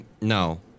no